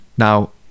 Now